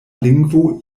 lingvo